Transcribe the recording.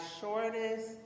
shortest